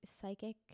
Psychic